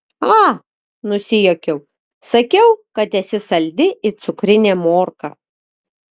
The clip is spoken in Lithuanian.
a nusijuokiau sakiau kad esi saldi it cukrinė morka